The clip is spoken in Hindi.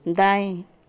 दाएँ